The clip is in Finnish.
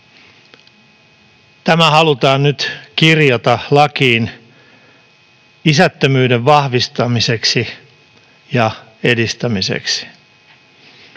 tämä halutaan nyt kirjata lakiin isättömyyden vahvistamiseksi ja edistämiseksi.